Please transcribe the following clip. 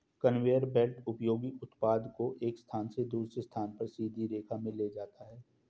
conveyor belt उपयोगी उत्पाद को एक स्थान से दूसरे स्थान पर सीधी रेखा में ले जाता है